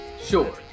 sure